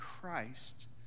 Christ